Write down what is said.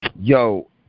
Yo